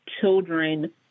Children